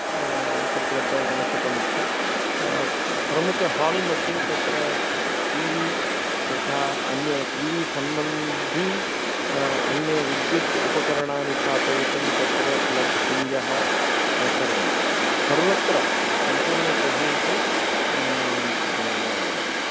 एक प्लग् अवश्यकमस्ति प्रमुख हाल् मध्ये तत्र टि वि तथा अन्य टि वि सम्बन्धि अन्यविद्युद् उपकरणानि स्थापयितुं तथा प्लग् पिञ्जः सर्वं सर्वत्र सम्पूर्णगृहेषु